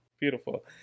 Beautiful